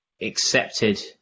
accepted